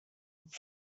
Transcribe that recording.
would